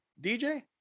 DJ